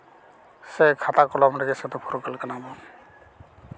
ᱥᱮ ᱠᱷᱟᱛᱟ ᱠᱚᱞᱚᱢ ᱨᱮᱜᱮ ᱥᱩᱫᱷᱩ ᱯᱷᱩᱨᱜᱟᱹᱞ ᱠᱟᱱᱟ ᱵᱚᱱ